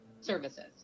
services